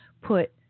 put